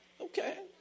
Okay